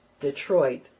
Detroit